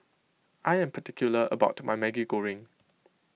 I am particular about my Maggi Goreng